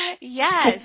Yes